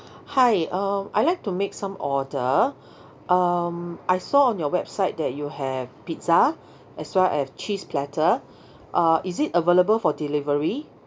hi uh I like to make some order um I saw on your website that you have pizza as well as cheese platter uh is it available for delivery